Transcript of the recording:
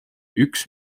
üks